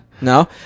No